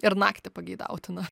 ir naktį pageidautina